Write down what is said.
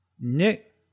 Nick